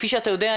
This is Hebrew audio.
כפי שאתה יודע,